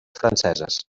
franceses